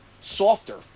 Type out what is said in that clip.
softer